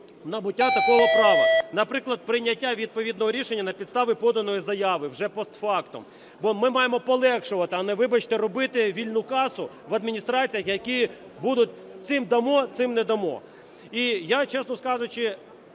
набуття такого права, наприклад, прийняття відповідного рішення на підставі поданої заяви вже постфактум, бо ми маємо полегшувати, а не, вибачте, робити "вільну касу" в адміністраціях, які будуть: цим дамо – цим не дамо. І я, чесно кажучи,